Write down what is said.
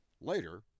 later